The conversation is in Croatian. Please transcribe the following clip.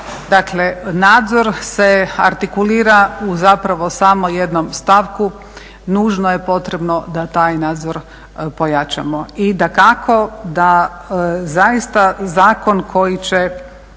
Dakle nadzor se artikulira u zapravo samo jednom stavku, nužno je potrebno da taj nadzor pojačamo. I dakako da zaista zakon koji će